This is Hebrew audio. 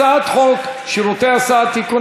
הצעת חוק שירותי הסעד (תיקון,